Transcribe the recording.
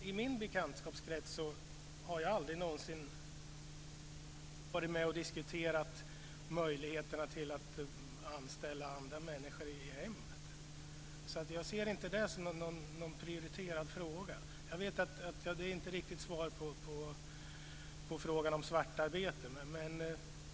I min bekantskapskrets har jag aldrig diskuterat möjligheterna att anställa andra människor i hemmet. Jag ser inte det som en prioriterad fråga. Jag vet att det inte är riktigt ett svar på frågan om svartarbete.